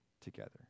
together